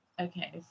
Okay